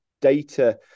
data